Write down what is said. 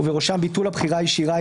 ובראשם ביטול הבחירה הישירה,